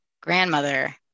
grandmother